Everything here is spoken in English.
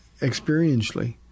experientially